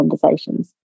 conversations